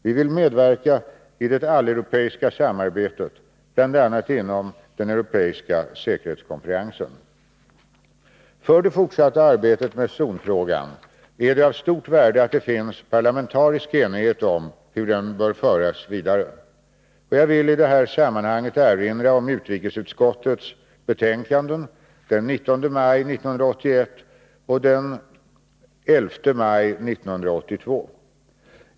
Vi vill medverka i det alleuropeiska samarbetet, bl.a. inom den europeiska säkerhetskonferensen. För det fortsatta arbetet med zonfrågan är det av stort värde att det finns parlamentarisk enighet om hur den bör föras vidare. Jag vill i det sammanhanget erinra om utrikesutskottets betänkanden den 19 maj 1981 och den 11 maj 1982.